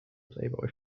playboy